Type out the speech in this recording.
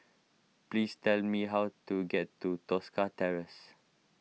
please tell me how to get to Tosca Terrace